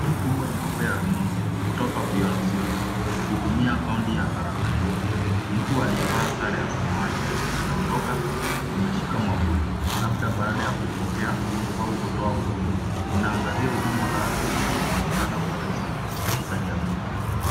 Kiti kubwa nyeupe ya rununu inaonyesha beyond zero ikihudumia county ya tharaka nithi. Mtu aliyevaa sare ya samawati anaondoka ameshika mwavuli lapda baada ya kupoke au kutoa huduma inaangazia huduma za afya zinazopatikanakwa kwa urahisi katika jamii.